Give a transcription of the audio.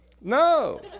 No